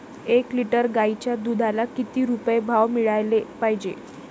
एक लिटर गाईच्या दुधाला किती रुपये भाव मिळायले पाहिजे?